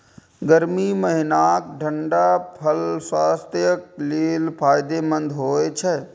गर्मी महीनाक ठंढा फल स्वास्थ्यक लेल फायदेमंद होइ छै